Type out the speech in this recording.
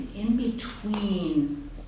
in-between